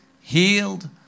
healed